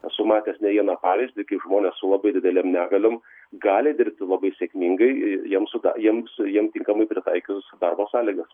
esu matęs ne vieną pavyzdį kaip žmonės su labai didelėm negaliom gali dirbti labai sėkmingai jiems suda jiems jiem tinkamai pritaikius darbo sąlygas